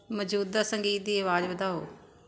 ਮੌਜੂਦਾ ਸੰਗੀਤ ਦੀ ਆਵਾਜ਼ ਵਧਾਓ